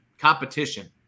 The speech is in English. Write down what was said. competition